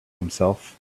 himself